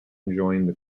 crews